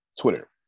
twitter